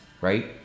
right